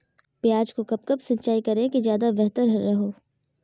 प्याज को कब कब सिंचाई करे कि ज्यादा व्यहतर हहो?